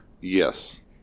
Yes